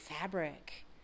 fabric